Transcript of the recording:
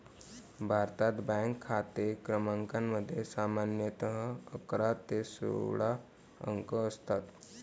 भारतात, बँक खाते क्रमांकामध्ये सामान्यतः अकरा ते सोळा अंक असतात